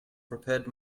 prepared